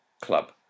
club